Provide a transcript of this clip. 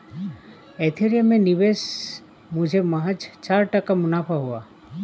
Ethereum में निवेश मुझे महज चार टका मुनाफा हुआ